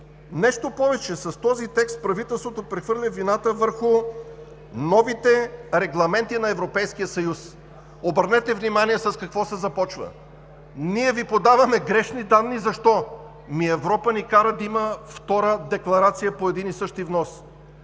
нещо повече, с този текст правителството прехвърля вината върху новите регламенти на Европейския съюз. Обърнете внимание с какво се започва: ние Ви подаваме грешни данни. Защо? Ами Европа ни кара да има втора декларация по един и същ внос.